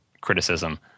criticism